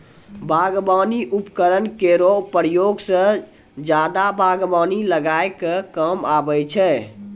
बागबानी उपकरन केरो प्रयोग सें जादा बागबानी लगाय क काम आबै छै